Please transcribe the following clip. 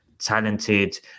Talented